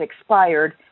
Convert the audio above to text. expired